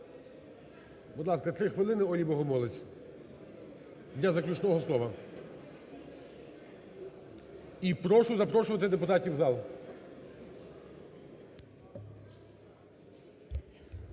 Будь ласка, 3 хвилини Олі Богомолець для заключного слова. І прошу запрошувати депутатів у зал.